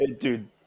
Dude